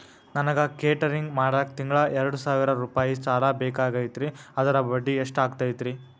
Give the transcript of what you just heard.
ನನಗ ಕೇಟರಿಂಗ್ ಮಾಡಾಕ್ ತಿಂಗಳಾ ಎರಡು ಸಾವಿರ ರೂಪಾಯಿ ಸಾಲ ಬೇಕಾಗೈತರಿ ಅದರ ಬಡ್ಡಿ ಎಷ್ಟ ಆಗತೈತ್ರಿ?